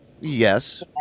Yes